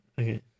Okay